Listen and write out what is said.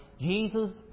Jesus